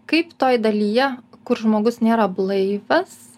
kaip toj dalyje kur žmogus nėra blaivas